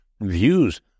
views